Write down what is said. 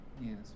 Yes